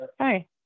Hi